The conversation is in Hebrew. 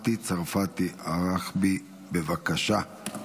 חברת הכנסת מתי צרפתי הרכבי, בבקשה.